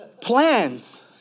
plans